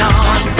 on